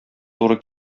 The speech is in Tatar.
туры